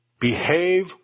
behave